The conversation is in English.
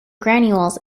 granules